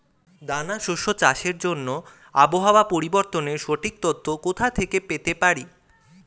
দানা শস্য চাষের জন্য আবহাওয়া পরিবর্তনের সঠিক তথ্য কোথা থেকে পেতে পারি?